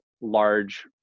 large